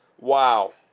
wow